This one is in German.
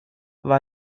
war